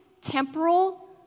temporal